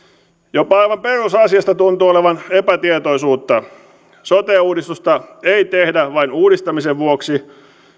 jopa aivan perusasiasta tuntuu olevan epätietoisuutta sote uudistusta ei tehdä vain uudistamisen vuoksi